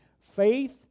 faith